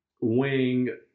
wing